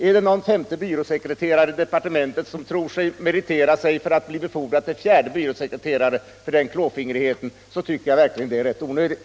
Är det någon femte byråsekreterare i departementet som tror att han med denna klåfingrighet kan meritera sig till att bli befordrad till fjärde byråsekreterare, så tycker jag verkligen at det är rätt onödigt.